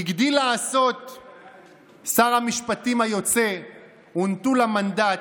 הגדיל לעשות שר המשפטים היוצא ונטול המנדט,